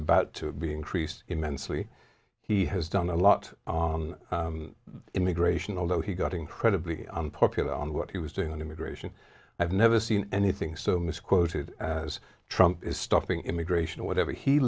about to be increased immensely he has done a lot on immigration although he got incredibly unpopular on what he was doing on immigration i've never seen anything so misquoted as trump is stopping immigration whatever he